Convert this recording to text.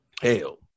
Hell